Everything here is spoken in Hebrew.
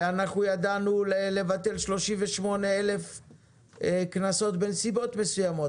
ואנחנו ידענו לבטל 38,000 קנסות בנסיבות מסוימות.